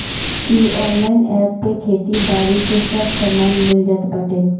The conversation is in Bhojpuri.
इ ऑनलाइन एप पे खेती बारी के सब सामान मिल जात बाटे